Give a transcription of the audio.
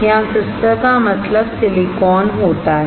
यहां क्रिस्टल का मतलब सिलिकॉन होता है